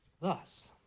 Thus